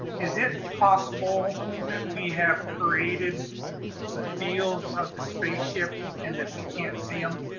is it possible that we have created the fields of the spaceship and that we can't see them?